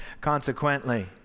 Consequently